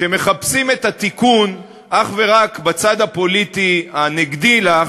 כשמחפשים את התיקון אך ורק בצד הפוליטי הנגדי לך,